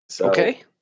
Okay